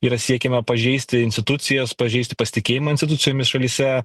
yra siekiama pažeisti institucijas pažeisti pasitikėjimą institucijomis šalyse